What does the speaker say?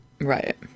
Right